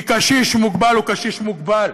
כי קשיש מוגבל הוא קשיש מוגבל.